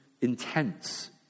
intense